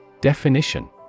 Definition